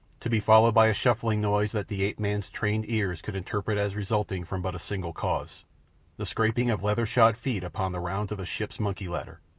to be followed by a shuffling noise that the ape-man's trained ears could interpret as resulting from but a single cause the scraping of leather-shod feet upon the rounds of a ship's monkey-ladder.